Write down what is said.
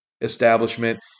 establishment